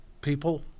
people